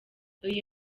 iyi